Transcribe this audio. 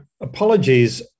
apologies